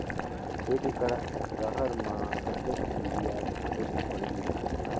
एक एकड रहर म कतेक युरिया छीटेक परही?